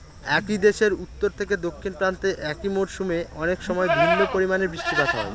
একই দেশের উত্তর থেকে দক্ষিণ প্রান্তে একই মরশুমে অনেকসময় ভিন্ন পরিমানের বৃষ্টিপাত হয়